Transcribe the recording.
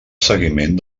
seguiment